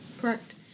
correct